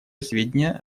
сведения